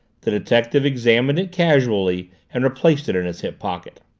the detective examined it casually and replaced it in his hip pocket.